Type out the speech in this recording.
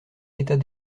l’état